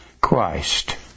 Christ